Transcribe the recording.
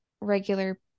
regular